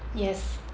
yes